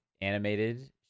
animated